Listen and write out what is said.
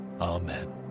Amen